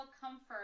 comfort